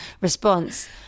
response